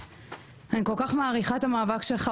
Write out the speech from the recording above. אני כל כך מעריכה את המאבק שלך,